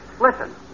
Listen